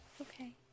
Okay